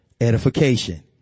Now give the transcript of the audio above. edification